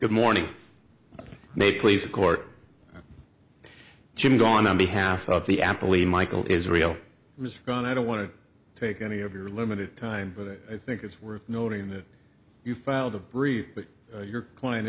good morning mate please court jim dawn on behalf of the appalachian michael israel was gone i don't want to take any of your limited time but i think it's worth noting that you filed a brief but your client